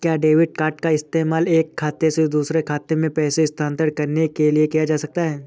क्या debit card का इस्तेमाल एक खाते से दूसरे खाते में पैसे स्थानांतरण करने के लिए किया जा सकता है?